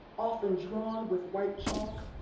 often drawn with white chalk,